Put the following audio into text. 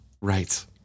Right